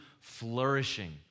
flourishing